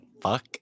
fuck